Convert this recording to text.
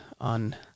on